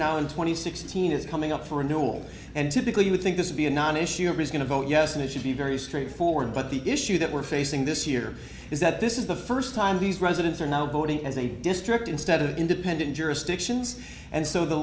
and sixteen is coming up for renewal and typically you would think this would be a non issue or is going to vote yes and it should be very straightforward but the issue that we're facing this year is that this is the first time these residents are now voting as a district instead of independent jurisdictions and so the